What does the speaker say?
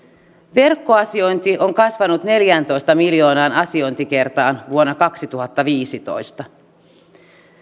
verkkoasiointi on kasvanut neljääntoista miljoonaan asiointikertaan vuonna kaksituhattaviisitoista